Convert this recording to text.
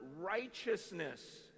righteousness